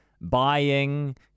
buying